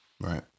Right